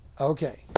Okay